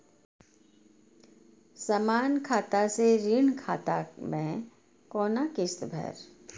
समान खाता से ऋण खाता मैं कोना किस्त भैर?